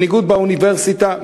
מנהיגות באוניברסיטה,